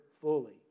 fully